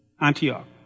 Antioch